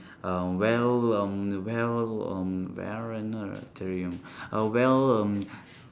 uh well um well um uh well um